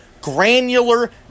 granular